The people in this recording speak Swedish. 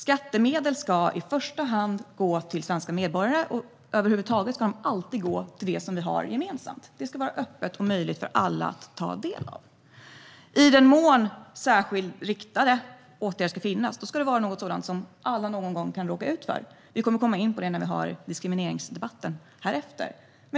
Skattemedel ska i första hand gå till svenska medborgare, och över huvud taget ska de alltid gå till det som vi har gemensamt. De ska vara öppna och möjliga för alla att ta del av. I den mån särskilt riktade åtgärder ska finnas ska de gälla sådant som vi alla någon gång kan råka ut för. Vi kommer att komma in på det i diskrimineringsdebatten härnäst.